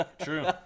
true